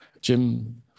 Jim